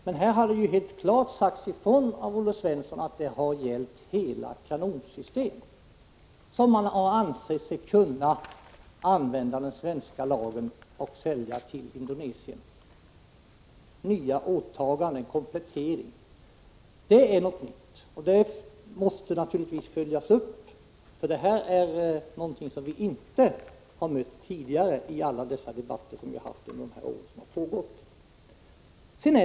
Men här har det klart sagts ifrån av Olle Svensson att det har gällt ett helt kanonsystem — som man alltså i enlighet med den svenska lagen ansett sig kunna sälja till Indonesien. Nya åtaganden, komplettering — det är något nytt. Detta måste följas upp, för det här har vi inte mött tidigare i alla de debatter som vi haft under åren.